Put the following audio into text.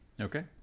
Okay